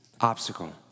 obstacle